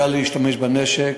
יודע להשתמש בנשק,